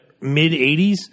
mid-80s